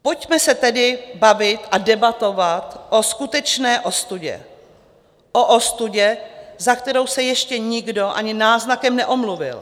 Pojďme se tedy bavit a debatovat o skutečné ostudě, o ostudě, za kterou se ještě nikdo ani náznakem neomluvil.